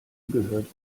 gehört